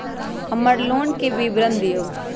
हमर लोन के विवरण दिउ